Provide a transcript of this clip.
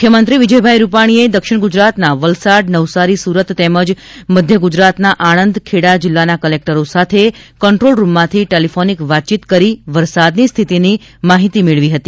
મુખ્યમંત્રી શ્રી વિજયભાઈ રૂપાણીએ દક્ષિણ ગુજરાતના વલસાડ નવસારી સુરત તેમજ મધ્ય ગુજરાતના આણંદ ખેડા જીલ્લાના કલેકટરો સાથે કન્ટ્રોલરૂમમાંથી ટેલીફોનીક વાતચીત કરી વરસાદની સ્થિતિની માહિતી મેળવી હતી